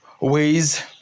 ways